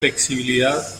flexibilidad